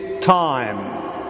time